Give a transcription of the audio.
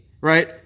right